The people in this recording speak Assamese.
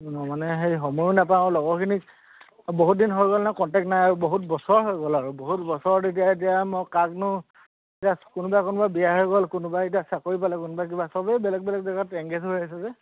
ন মানে হেই সময়ো নাপাওঁ আৰু লগৰখিনিক বহুত দিন হৈ গ'ল নহয় কণ্টেক্ট নাই আৰু বহুত বছৰ হৈ গ'ল আৰু বহুত বছৰৰত এতিয়া এতিয়া মই কাকনো এতিয়া কোনোবা কোনোবা বিয়া হৈ গ'ল কোনোবাই এতিয়া চাকৰি পালে কোনোবা কিবা চবেই বেলেগ বেলেগ জেগাত এংগেজ হৈ আছে যে